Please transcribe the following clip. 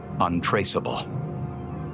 untraceable